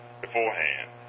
beforehand